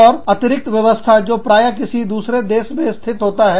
और अतिरिक्त व्यवस्था जो प्राय किसी दूसरे देश में स्थित होता है